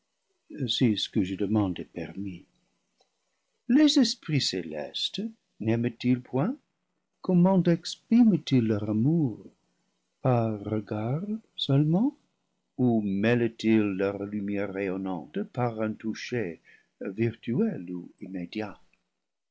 ce que je demande est permis les esprits célestes naiment ils point comment expriment ils leur amour par regards seulement ou mê lent ils leur lumière rayonnante par un toucher virtuel ou immédiat